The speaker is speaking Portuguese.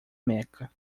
meca